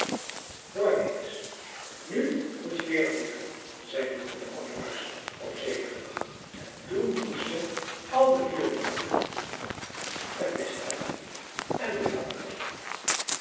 hoort eens nu moet je leeren vliegen zei de moeder der ooievaars op zekeren dag en toen moesten al de vier jongen het nest uit en de dakvorst op